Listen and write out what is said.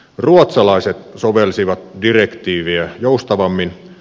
ruotsalaiset sovelsivat direktiiviä joustavammin